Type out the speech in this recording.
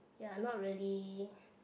they're not really